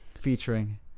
featuring